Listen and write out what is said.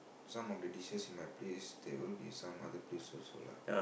some of the dishes in my place there will be some other place also lah